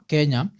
Kenya